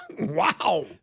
Wow